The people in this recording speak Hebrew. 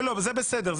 זה בסדר.